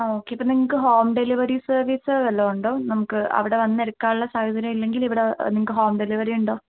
അ okay അപ്പം നിങ്ങൾക്ക് home delivery സർവീസോ വല്ലതുമുണ്ടോ നമുക്ക് അവിടെ വന്നെടുക്കാനുള്ള ടുക്കാനൊള്ള സാഹചര്യം ഇല്ലെങ്കിൽ ഇവിടെ നിങ്ങൾക്ക് ഹോം ഡെലിവറി ഉണ്ടോ